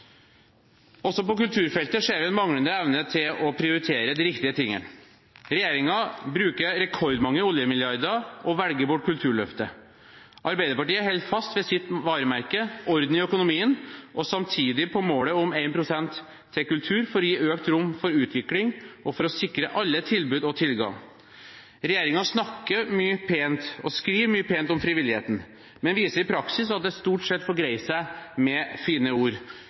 Også på kulturfeltet ser vi en manglende evne til å prioritere de riktige tingene. Regjeringen bruker rekordmange oljemilliarder og velger bort Kulturløftet. Arbeiderpartiet holder fast ved sitt varemerke, nemlig å holde orden i økonomien, og samtidig ved målet om 1 pst. til kultur for å gi økt rom for utvikling og for å sikre alle tilbud og tilgang. Regjeringen snakker mye pent om og skriver mye pent om frivilligheten, men viser i praksis at det stort sett får greie seg med fine ord.